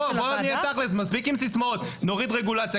בוא נהיה תכלס, מספיק עם סיסמאות נוריד רגולציה.